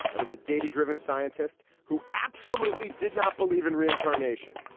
i was a data driven scientist who absolutely did not believe in reincarnation.